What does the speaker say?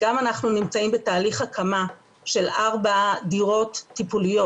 אנחנו גם נמצאים בתהליך הקמה של ארבע דירות טיפוליות